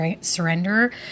surrender